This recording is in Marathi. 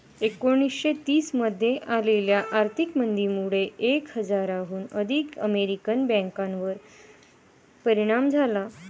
एकोणीसशे तीस मध्ये आलेल्या आर्थिक मंदीमुळे एक हजाराहून अधिक अमेरिकन बँकांवर परिणाम झाला